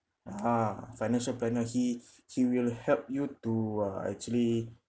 ah financial planner he he will help you to uh actually